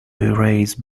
erase